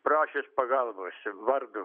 prašės pagalbos vardu